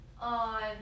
on